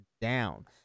down